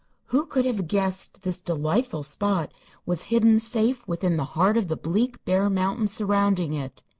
who could have guessed this delightful spot was hidden safe within the heart of the bleak, bare mountain surrounding it?